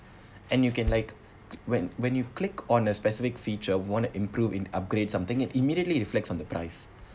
and you can like when when you click on a specific feature want to improve and upgrade something it immediately reflects on the price